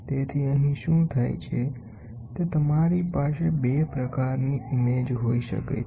તેથીઅહીં શું થાય છે તે તમારી પાસે 2 પ્રકારની છબીઓ હોઈ શકે છે